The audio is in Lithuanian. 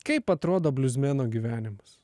kaip atrodo bliuzmeno gyvenimas